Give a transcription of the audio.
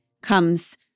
comes